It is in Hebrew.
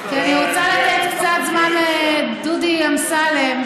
כי אני רוצה לתת קצת זמן לדודי אמסלם,